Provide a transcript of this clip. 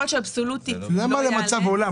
יכול להיות שאבסולוטית זה --- למה מצב עולם?